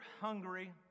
hungry